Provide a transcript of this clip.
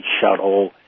Shuttle